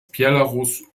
belarus